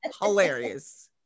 hilarious